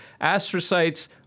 astrocytes